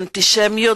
אנטישמיות,